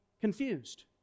confused